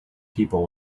people